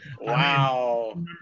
Wow